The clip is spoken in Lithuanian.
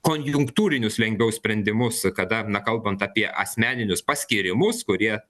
konjunktūrinius lengviau sprendimus kada na kalbant apie asmeninius paskyrimus kurie